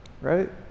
right